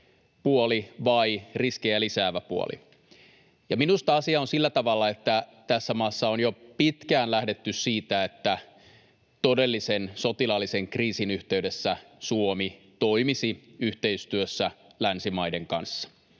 puoli vai riskejä lisäävä puoli. Minusta asia on sillä tavalla, että tässä maassa on jo pitkään lähdetty siitä, että todellisen sotilaallisen kriisin yhteydessä Suomi toimisi yhteistyössä länsimaiden kanssa.